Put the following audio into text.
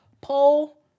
poll